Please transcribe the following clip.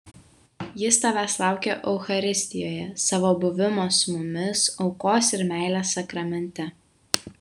jis tavęs laukia eucharistijoje savo buvimo su mumis aukos ir meilės sakramente